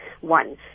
One